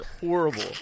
horrible